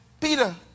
Peter